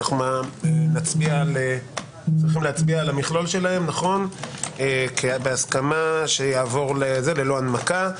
צריכים להצביע על המכלול שלהם בהסכמה שיעבור ללא הנמקה.